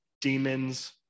demons